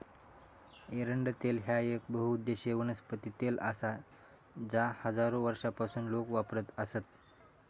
एरंडेल तेल ह्या येक बहुउद्देशीय वनस्पती तेल आसा जा हजारो वर्षांपासून लोक वापरत आसत